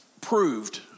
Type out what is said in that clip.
proved